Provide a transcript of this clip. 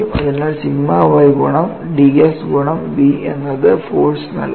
അതിനാൽ sigma y ഗുണം ds ഗുണം B എന്നത് ഫോഴ്സ് നൽകും